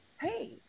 hey